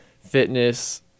fitness